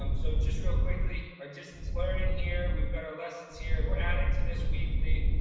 um so just real quickly, our distance learning here we've got our lessons here and we're adding to this weekly.